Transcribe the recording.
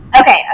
Okay